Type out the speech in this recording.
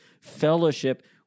fellowship